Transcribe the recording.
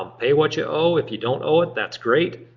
um pay what you owe. if you don't owe it, that's great.